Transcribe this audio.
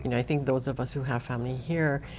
you know i think those of us who have family here,